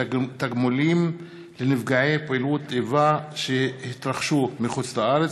(תגמולים לנפגעי פעולות איבה שהתרחשו מחוץ לישראל),